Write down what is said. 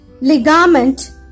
ligament